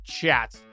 Chat